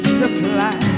supply